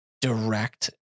direct